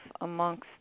amongst